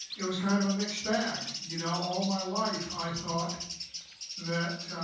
it was kind of a mixed bag. you know, all my life i thought that